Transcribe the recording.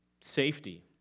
safety